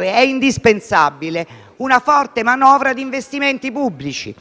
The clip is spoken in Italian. è indispensabile una forte manovra di investimenti pubblici.